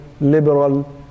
liberal